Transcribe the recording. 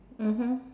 mmhmm